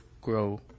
grow